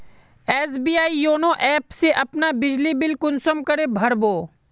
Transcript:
SBI YONO app से अपना बिजली बिल कुंसम करे भर बो?